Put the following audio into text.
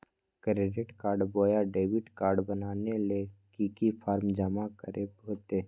Credit card बोया debit card बनाने ले की की फॉर्म जमा करे होते?